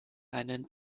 einen